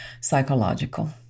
psychological